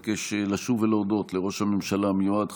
בין סיעת הליכוד לבין סיעת יהדות התורה,